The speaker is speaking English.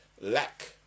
lack